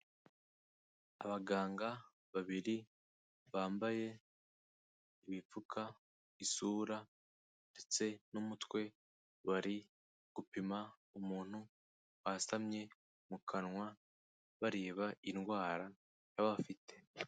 Abaganga babiri bambaye ibipfuka isura ndetse n'umutwe, bari gupima umuntu wasamye mu kanwa, bareba indwara yaba afite.